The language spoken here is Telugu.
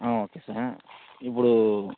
ఓకే సార్ ఇప్పుడు